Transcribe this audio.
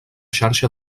xarxa